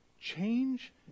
Change